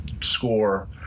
score